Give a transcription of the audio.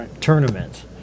tournament